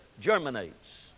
germinates